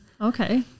Okay